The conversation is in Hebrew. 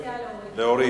אני מציעה להוריד.